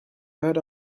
heard